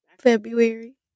February